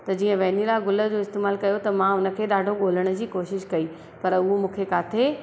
त जीअं वैनिला गुल जो इस्तेमालु कयो त मां उन खे ॾाढो ॻोल्हण जी कोशिशि कई पर उहो मूंखे किथे